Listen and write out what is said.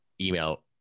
email